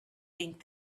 think